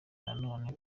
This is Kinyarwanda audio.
nanone